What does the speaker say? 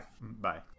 Bye